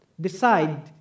decide